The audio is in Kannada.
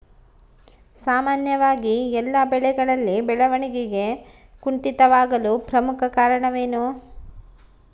ಸಾಮಾನ್ಯವಾಗಿ ಎಲ್ಲ ಬೆಳೆಗಳಲ್ಲಿ ಬೆಳವಣಿಗೆ ಕುಂಠಿತವಾಗಲು ಪ್ರಮುಖ ಕಾರಣವೇನು?